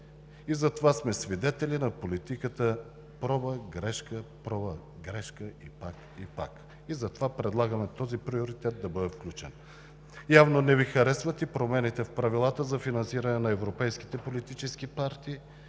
политиката „проба – грешка; проба – грешка; проба – грешка“ и пак, и пак. Затова предлагаме този приоритет да бъде включен. Явно не Ви харесват и промените в правилата за финансиране на Европейските политически партии